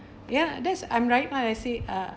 ya there's I'm right lah I see uh